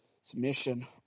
Submission